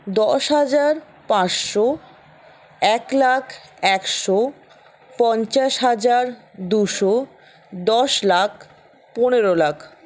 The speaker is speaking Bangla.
দশ হাজার পাঁচশো এক লাখ একশো পঞ্চাশ হাজার দুশো দশ লাখ পনেরো লাখ